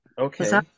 Okay